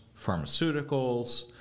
pharmaceuticals